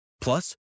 Plus